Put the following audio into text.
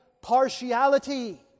partiality